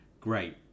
great